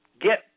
get